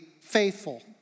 faithful